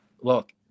look